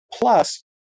Plus